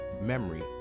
memory